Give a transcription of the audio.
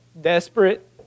desperate